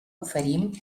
oferim